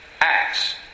Acts